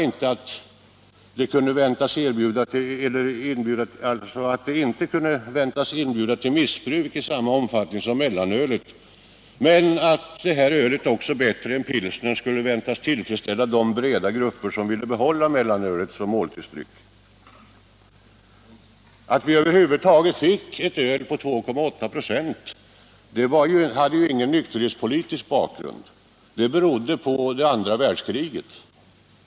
Det avgörande var att det inte kunde väntas inbjuda till missbruk i samma omfattning som mellanölet, och att det bättre än pilsnern kunde väntas tillfredsställa de breda grupper som vill behålla mellanölet som måltidsdryck. Att vi över huvud taget fick ett öl på 2,8 96 hade inte någon nykterhetspolitisk bakgrund, utan det berodde på det andra världskriget.